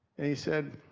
and he said,